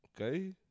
Okay